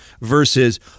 versus